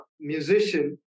musician